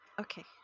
okay